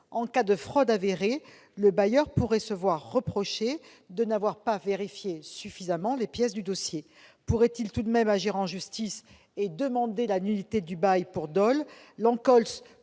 en cas de fraude avérée, le bailleur pourrait se voir reprocher de ne pas avoir suffisamment vérifié les pièces du dossier. Pourrait-il tout de même agir en justice et demander la nullité du bail pour dol ?